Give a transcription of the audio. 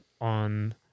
on